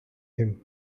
him